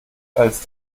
als